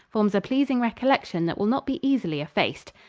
forms a pleasing recollection that will not be easily effaced.